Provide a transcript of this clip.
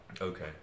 okay